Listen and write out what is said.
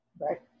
right